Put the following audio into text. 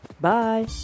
Bye